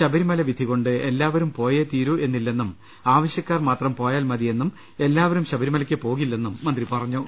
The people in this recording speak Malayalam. ശബരിമല വിധികൊണ്ട് എല്ലാവരും പോയേതീരു വെന്നില്ലെന്നും ആവശ്യക്കാർ മാത്രം പോയാൽ മതിയെന്നും എല്ലാവരും ശബരിമലയ്ക്ക് പോകില്ലെന്നും മന്ത്രി പറഞ്ഞു